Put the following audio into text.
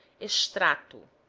extracto